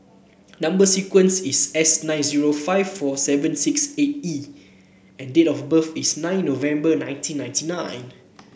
number sequence is S nine zero five four seven six eight E and date of birth is nine November nineteen ninety nine